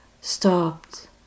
stopped